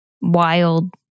wild